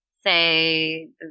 say